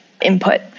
input